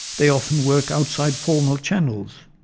they often work outside formal channels.